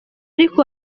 ariko